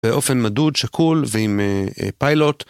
באופן מדוד שקול ועם פיילוט.